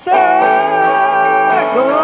Circle